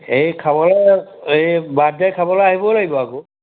এই খাবলে এই বাৰ্থডে খাবলে আহিবও লাগিব আকৌ